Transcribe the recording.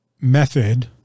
method